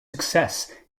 success